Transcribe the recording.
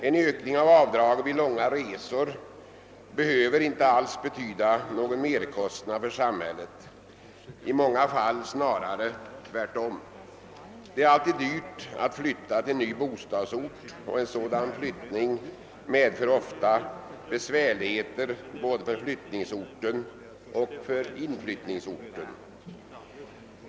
En ökning av avdraget vid långa resor behöver inte alls betyda någon merkostnad för samhället. I många fall blir det tvärtom snarare mindre kostnader för samhället. Det är alltid dyrt att flytta till en ny bostadsort, och en sådan flyttning medför ofta besvärligheter både för avflyttningsorten och för inflyttningsorten.